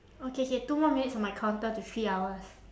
okay K two more minutes on my counter to three hours